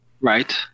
right